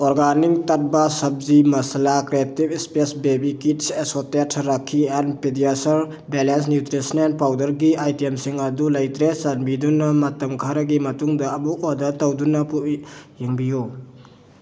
organic ꯇꯠꯚꯥ ꯁꯕꯖꯤ ꯃꯁꯥꯂꯥ ꯀ꯭ꯔꯤꯌꯦꯇꯤꯕ ꯏꯁꯄꯦꯁ ꯕꯦꯕꯤ ꯀꯤꯗꯁ ꯑꯦꯁꯣꯇꯦꯗ ꯔꯥꯈꯤ ꯑꯦꯟ ꯄꯦꯗꯤꯌꯥꯁꯔ ꯕꯦꯂꯦꯟꯁ ꯅ꯭ꯌꯨꯇ꯭ꯔꯤꯁꯅꯦꯜ ꯄꯥꯎꯗꯔꯒꯤ ꯑꯥꯏꯇꯦꯝꯁꯤꯡ ꯑꯗꯨ ꯂꯩꯇ꯭ꯔꯦ ꯆꯥꯟꯕꯤꯗꯨꯅ ꯃꯇꯝ ꯈꯔꯒꯤ ꯃꯇꯨꯡꯗ ꯑꯃꯨꯛ ꯑꯣꯔꯗꯔ ꯇꯧꯗꯨꯅ ꯌꯦꯡꯕꯤꯌꯨ